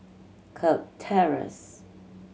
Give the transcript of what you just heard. Kirk Terrace